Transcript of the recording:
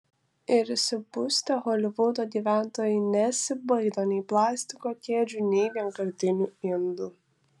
ir išsipustę holivudo gyventojai nesibaido nei plastiko kėdžių nei vienkartinių indų